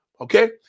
okay